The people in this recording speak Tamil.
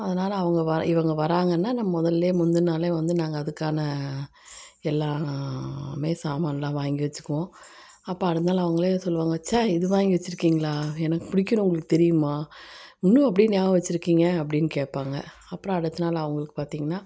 அதனால அவங்க வர இவங்க வராங்கன்னா நான் முதல்லே முந்தின நாளே வந்து நாங்கள் அதுக்கான எல்லாமே சாமானெலாம் வாங்கி வச்சுக்குவோம் அப்போ அடுத்த நாள் அவங்களே சொல்லுவாங்க சே இது வாங்கி வச்சுருக்கிங்களா எனக்கு பிடிக்குன்னு உங்களுக்கு தெரியுமா இன்னும் அப்படியே ஞாபகம் வச்சுருக்கிங்க அப்டின்னு கேட்பாங்க அப்புறம் அடுத்த நாள் அவங்களுக்கு பார்த்திங்கனா